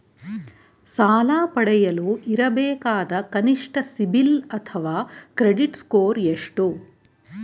ಸಾಲ ಪಡೆಯಲು ಇರಬೇಕಾದ ಕನಿಷ್ಠ ಸಿಬಿಲ್ ಅಥವಾ ಕ್ರೆಡಿಟ್ ಸ್ಕೋರ್ ಎಷ್ಟು?